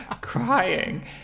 crying